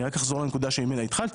אני רק אחזור לנקודה ממנה התחלתי,